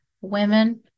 women